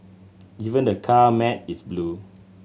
even the car mat is blue